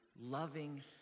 loving